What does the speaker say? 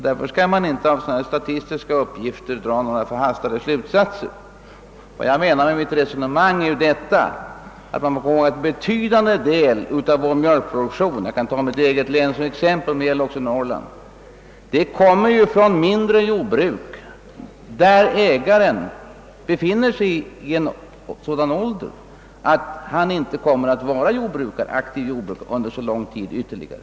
Därför bör man inte av sådana här statistiska uppgifter dra några förhastade slutsatser. Mitt resonemang är detta, att en betydande det av mjölkproduktionen — jag kan ta mitt eget län som exempel, men det gäller också Norrland — kommer från mindre jordbruk, vilkas ägare befinner sig i em sådan ålder att de inte kommer att vara aktiva jordbrukare under så lång tid ytterligare.